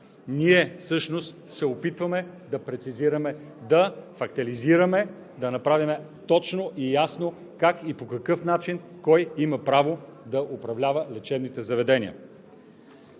ние всъщност се опитваме да прецизираме, да фактализираме, да направим точно и ясно как и по какъв начин, кой има право да управлява лечебните заведения.